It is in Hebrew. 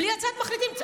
בלי הצעת מחליטים.